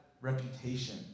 reputation